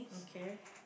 okay